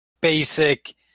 basic